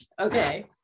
Okay